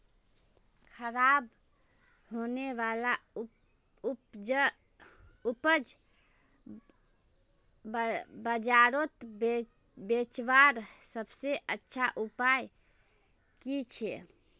ख़राब होने वाला उपज बजारोत बेचावार सबसे अच्छा उपाय कि छे?